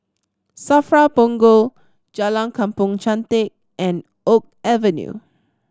SAFRA Punggol Jalan Kampong Chantek and Oak Avenue